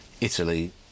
Italy